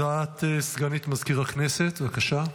הודעת סגנית מזכיר הכנסת, בבקשה.